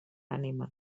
ànima